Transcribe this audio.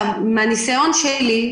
מניסיוני,